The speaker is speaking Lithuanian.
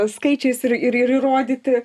skaičiais ir ir įrodyti